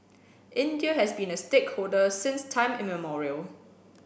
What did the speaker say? India has been a stakeholder since time immemorial